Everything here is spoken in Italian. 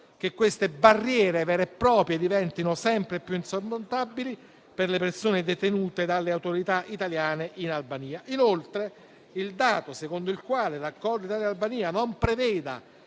che queste barriere vere e proprie diventino sempre più insormontabili per le persone detenute dalle autorità italiane in Albania. Inoltre, il dato secondo il quale l'accordo tra Italia e Albania non prevede